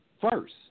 First